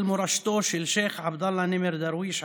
מורשתו של שייח' עבדאללה נימר דרוויש,